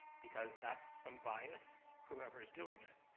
because that's some bias, whoever is doing it.